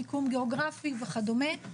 מיקום גיאוגרפי וכדומה,